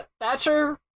Thatcher